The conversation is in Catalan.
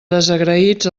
desagraïts